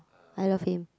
I love him